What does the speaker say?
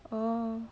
oh